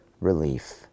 relief